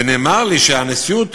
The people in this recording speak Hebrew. ונאמר לי שהנשיאות